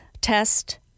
Test